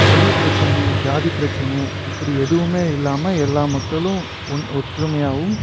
மொழி பிரச்சனையோ ஜாதி பிரச்சனை இப்படி எதுவுமே இல்லாமல் எல்லா மக்களும் ஒன் ஒற்றுமையாகவும்